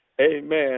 amen